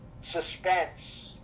suspense